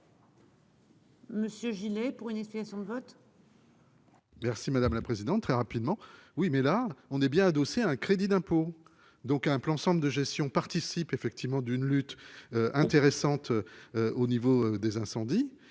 Monsieur Gillet pour une explication de vote. Merci madame la présidente, très rapidement. Oui mais là on est bien adossée à un crédit d'impôt donc un plan sorte de gestion participe effectivement d'une lutte intéressante. Au niveau des incendies.